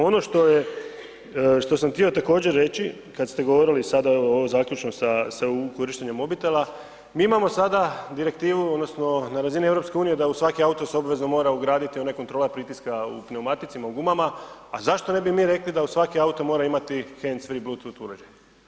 Ono što sam htio također reći kada ste govorili sada zaključno sa korištenjem mobitela, mi imamo sada direktivu odnosno na razini EU-a da u svaki auto se obavezno mora ugraditi ona kontrola pritiska u pneumatici u gumama a zašto ne bi mi rekli da svaki mora imati handsfree Bluetooth uređaj?